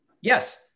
yes